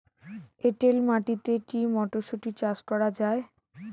এটেল মাটিতে কী মটরশুটি চাষ করা য়ায়?